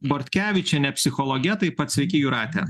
bortkevičiene psichologe taip pat sveiki jūrate